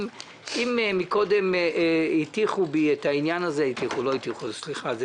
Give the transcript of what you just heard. אם קודם הטיחו בי את העניין הזה סליחה,